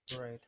Right